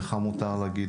לך מותר להגיד,